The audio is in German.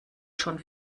schon